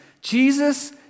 Jesus